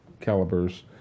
calibers